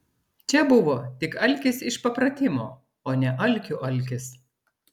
čia buvo tik alkis iš papratimo o ne alkių alkis